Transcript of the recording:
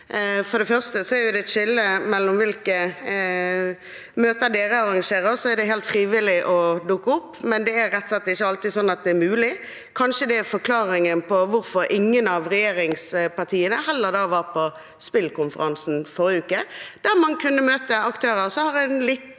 For det første er det et skille mellom hvilke møter dere arrangerer, og så er det helt frivillig å dukke opp, men det er rett og slett ikke alltid slik at det er mulig. Kanskje det er forklaringen på hvorfor heller ingen av regjeringspartiene var på spillkonferansen i forrige uke, der man kunne møte aktører som har en litt